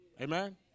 Amen